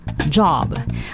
job